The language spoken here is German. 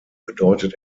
bedeutet